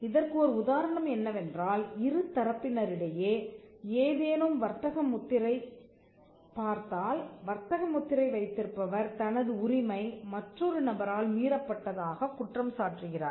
இதற்கு ஒரு உதாரணம் என்னவென்றால் இருதரப்பினரிடையே எதேனும் வர்த்தக முத்திரை பார்த்தால் வர்த்தக முத்திரை வைத்திருப்பவர் தனது உரிமை மற்றொரு நபரால் மீறப்பட்டதாகக் குற்றம் சாட்டுகிறார்